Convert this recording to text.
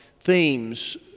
themes